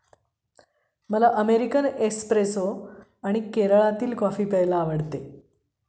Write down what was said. मला American espresso आणि केरळातील कॉफी प्यायला आवडते